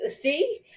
See